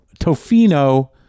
Tofino